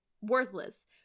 worthless